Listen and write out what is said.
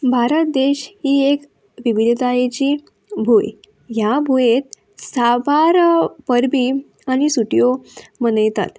भारत देश ही एक विविधतायेची भूंय ह्या भुंयेंत सावार परबीं आनी सुटयो मनयतात